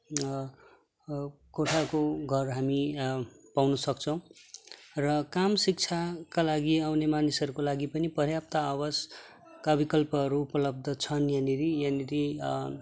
कोठाको घर हामी पाउन सक्छौँ र काम शिक्षाका लागि आउने मानिसहरूको लागि पनि पर्याप्त आवासका विकल्पहरू उपलब्ध छन् यहाँनेर यहाँनेर